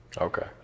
okay